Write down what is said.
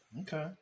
Okay